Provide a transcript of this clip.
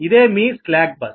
ఇదే మీ slack bus